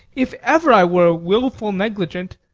if ever i were wilful-negligent,